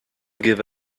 give